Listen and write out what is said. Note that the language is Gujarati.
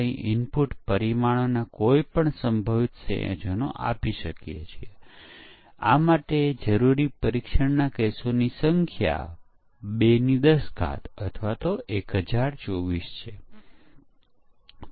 I ઈનપુટ પરીક્ષણનું ઇનપુટ છે S એ પરીક્ષણ નું સ્ટેટ છે કે જ્યાં ઇનપુટ લાગુ થવાનું છે અને O એ અપેક્ષિત આઉટપુટ છે